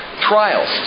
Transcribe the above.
trials